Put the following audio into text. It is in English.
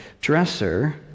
dresser